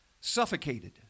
suffocated